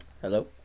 Hello